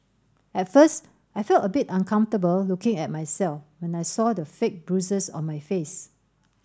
at first I felt a bit uncomfortable looking at myself when I saw the fake bruises on my face